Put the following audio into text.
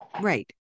Right